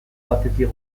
batetik